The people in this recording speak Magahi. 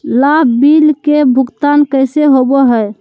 लाभ बिल के भुगतान कैसे होबो हैं?